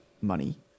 money